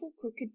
crooked